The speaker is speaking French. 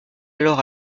alors